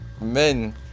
men